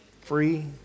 free